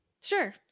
sure